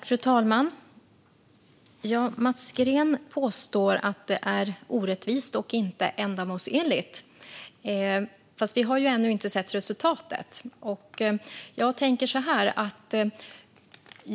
Fru talman! Mats Green påstår att detta är orättvist och inte ändamålsenligt. Vi har dock ännu inte sett resultatet.